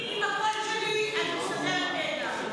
תאמיני לי, עם הקול שלי אני מסתדרת נהדר.